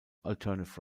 alternative